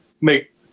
make